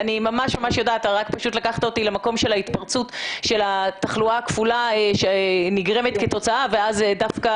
רק לקחת אותי למקום של התחלואה הכפולה שנגרמת כתוצאה ואז דווקא